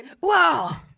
Wow